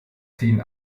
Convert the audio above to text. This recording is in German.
ziehen